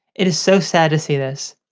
it is so sad to see this.